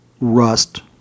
rust